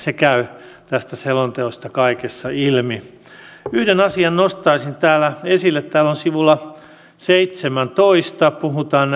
se käy tästä selonteosta kaikessa ilmi yhden asian nostaisin täällä esille sivulla seitsemääntoista puhutaan